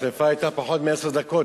השרפה היתה פחות מעשר דקות,